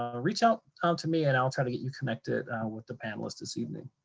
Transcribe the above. ah reach out out to me and i'll try to get you connected with the panelists this evening.